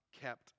kept